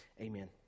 Amen